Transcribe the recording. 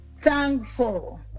thankful